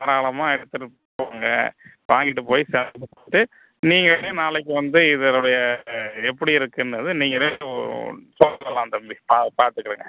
தாராளமாக எடுத்துகிட்டு போங்க வாங்கிட்டு போய் நீங்களே நாளைக்கு வந்து இதனுடைய எப்படி இருக்குன்றதை நீங்களே ஓ சொல்லலாம் தம்பி பா பார்த்துக்கிடுங்க